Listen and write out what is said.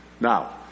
Now